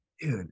dude